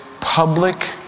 public